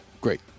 Great